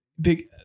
big